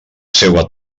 seua